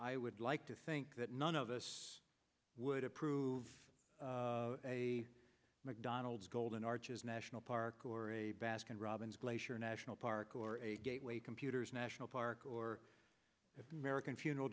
i would like to think that none of us would approve a mcdonald's golden arches national park or a baskin robbins glacier national park or a gateway computers national park or american funeral